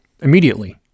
immediately